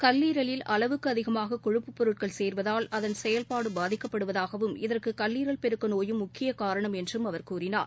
கல்லீரலில் அளவுக்கு அதிகமாக கொழுப்பு பொருட்கள் சேர்வதால் அதன் செயல்பாடு பாதிக்கப்படுவதாகவும் இதற்கு கல்லீரல் பெருக்க நோயும் முக்கியக் காரணம் என்றும் அவர் கூறினார்